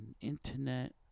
internet